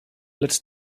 lecz